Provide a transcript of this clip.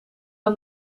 aan